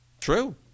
True